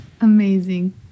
Amazing